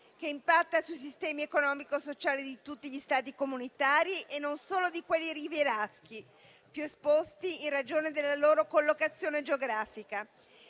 che impatta sui sistemi economico-sociali di tutti gli Stati comunitari e non solo di quelli rivieraschi più esposti in ragione della loro collocazione geografica.